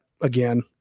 again